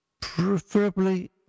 preferably